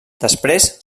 després